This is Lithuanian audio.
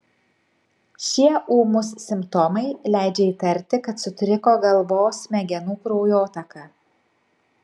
šie ūmūs simptomai leidžia įtarti kad sutriko galvos smegenų kraujotaka